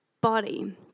body